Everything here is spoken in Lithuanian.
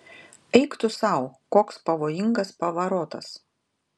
eik tu sau koks pavojingas pavarotas